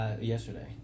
yesterday